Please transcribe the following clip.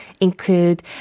include